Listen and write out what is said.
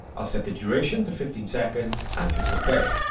i'll set the duration to fifteen seconds and click ok.